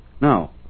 Now